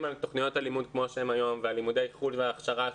על תוכניות הלימוד כמו שהן היום ועל לימודי חו"ל וההכשרה,